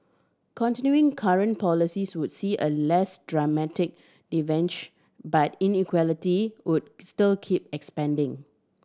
continuing current policies would see a less dramatic divergence but inequality would still keep expanding